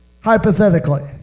Hypothetically